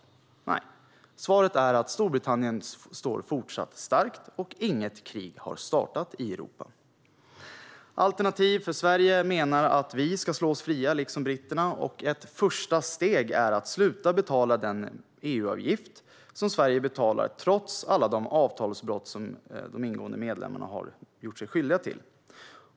Nej, svaret är att Storbritannien står fortsatt starkt och att inget krig har startat i Europa. Alternativ för Sverige menar att vi, liksom britterna, ska slå oss fria. Ett första steg är att sluta betala den EU-avgift som Sverige betalar, trots alla de avtalsbrott som de ingående medlemmarna har gjort sig skyldiga till.